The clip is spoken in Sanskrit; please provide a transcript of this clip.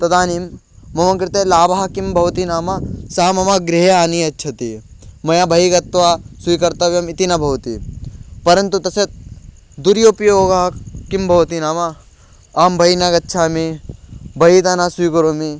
तदानीं मम कृते लाभः किं भवति नाम सः मम गृहे आनीययच्छति मया बहि गत्वा स्वीकर्तव्यम् इति न भवति परन्तु तस्य दुरुपयोगः किं भवति नाम अहं बहिः न गच्छामि बहितः न स्वीकरोमि